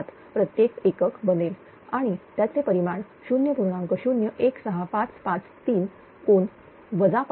007 प्रत्येक एकक बनेल आणि त्याचे परिमाण 0